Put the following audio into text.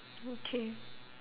okay